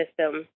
system